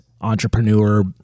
entrepreneur